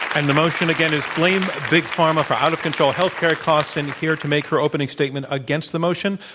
and the motion again is blame big pharma for out-of-control health care costs. and here to make her opening statement against the motion,